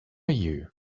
you